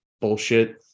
bullshit